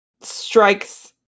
strikes